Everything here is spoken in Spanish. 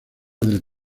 del